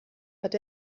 hat